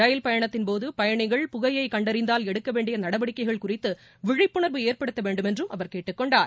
ரயில் பயணத்தின்போது பயணிகள் புகையை கண்டறிந்தால் எடுக்க வேண்டிய நடவடிக்கைகள் குறித்து விழிப்புணர்வு ஏற்படுத்த வேண்டுமென்றும் அவர் கேட்டுக் கொண்டார்